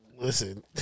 listen